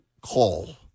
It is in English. call